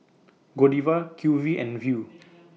Godiva Q V and Viu